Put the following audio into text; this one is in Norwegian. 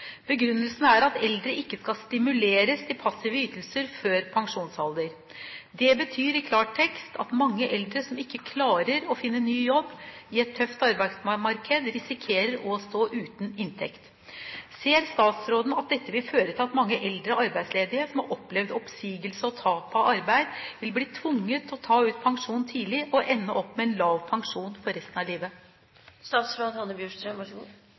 Begrunnelsen er at eldre ikke skal stimuleres til passive ytelser før pensjonsalder. Det betyr i klartekst at mange eldre som ikke klarer å finne en ny jobb i et tøft arbeidsmarked, risikerer å stå uten inntekt. Ser statsråden at dette vil føre til at mange eldre arbeidsledige, som har opplevd oppsigelse og tap av arbeid, vil bli tvunget til å ta ut pensjon tidlig og ende opp med en lav pensjon resten av